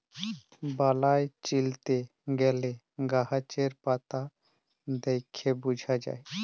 বালাই চিলতে গ্যালে গাহাচের পাতা দ্যাইখে বুঝা যায়